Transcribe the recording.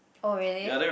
oh really